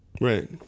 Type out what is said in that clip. Right